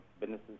businesses